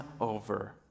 over